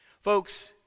Folks